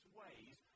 ways